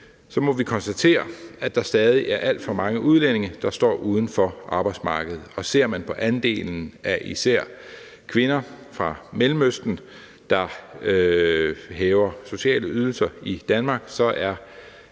må vi konstatere, at der stadig er alt for mange udlændinge, der står uden for arbejdsmarkedet. Ser man på andelen af især kvinder fra Mellemøsten, der hæver sociale ydelser i Danmark, så er